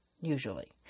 usually